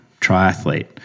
triathlete